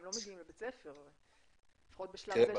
הם לא מגיעים לבית ספר, לפחות בשלב הזה.